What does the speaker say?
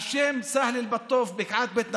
על שם סהל אל-בטוף בקעת בית נטופה,